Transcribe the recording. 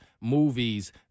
movies